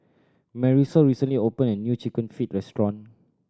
Marisol recently opened a new Chicken Feet restaurant